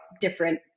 different